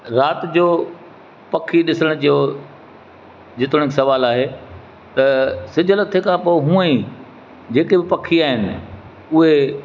राति जो पखी ॾिसण जो जेतोणीकि सुवाल आहे त सिझल थिए खां पोइ हुआईं जेके बि पखी आहिनि उहे